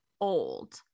old